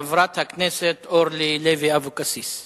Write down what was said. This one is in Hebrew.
חברת הכנסת אורלי לוי אבקסיס.